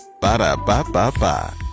Ba-da-ba-ba-ba